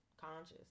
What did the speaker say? conscious